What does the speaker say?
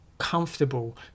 comfortable